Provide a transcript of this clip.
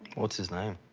what's his name?